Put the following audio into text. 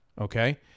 Okay